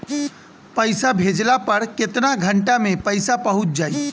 पैसा भेजला पर केतना घंटा मे पैसा चहुंप जाई?